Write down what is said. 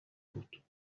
بود